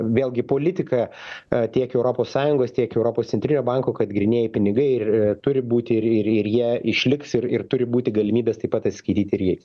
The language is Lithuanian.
vėlgi politika a tiek europos sąjungos tiek europos centrinio banko kad grynieji pinigai ir a turi būti ir ir ir jie išliks ir ir turi būti galimybės taip pat atskiri tyrėjus